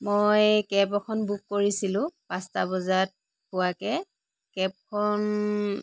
মই কেব এখন বুক কৰিছিলোঁ পাচঁটা বজাত পোৱাকৈ কেবখন